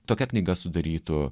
tokia knyga sudarytų